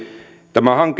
tämä